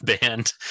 band